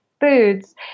foods